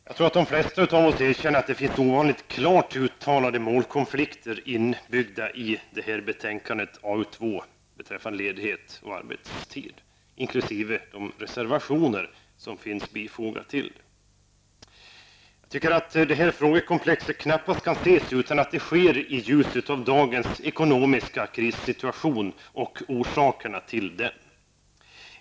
Herr talman! Jag tror att de flesta av oss erkänner att det finns ovanligt klart uttalade målkonflikter inbyggda i betänkandet AU2 beträffande ledighet och arbetstid inkl. de reservationer som finns bifogade. Jag tycker att det här frågekomplexet knappast kan ses utan att det sker i ljuset av dagens ekonomiska krissituation och orsakerna till den.